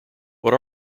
what